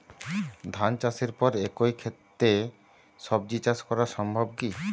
ধান চাষের পর একই ক্ষেতে সবজি চাষ করা সম্ভব কি?